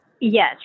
Yes